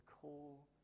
call